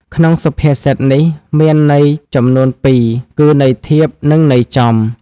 ក្នុងសុភាសិតនេះមានន័យចំនួនពីរគឺន័យធៀបនិងន័យចំ ។